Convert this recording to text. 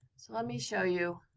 so let me show you.